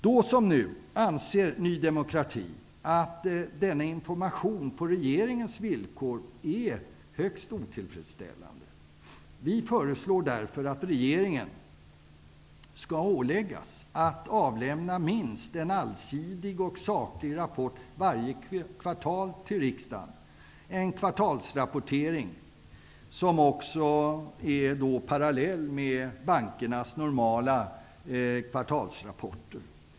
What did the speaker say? Nu som då anser Ny demokrati att denna information på regeringens villkor är högst otillfredsställande. Vi föreslår därför att regeringen skall åläggas att avlämna minst en allsidig och saklig rapport varje kvartal till riksdagen, en kvartalsrapportering som också är parallell med bankernas normala kvartalsrapporter.